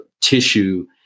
tissue